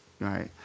right